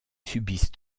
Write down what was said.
subissent